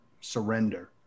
surrender